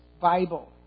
Bible